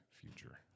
future